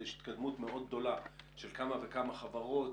יש התקדמות מאוד גדולה של כמה וכמה חברות,